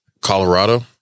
Colorado